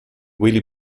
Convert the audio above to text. willie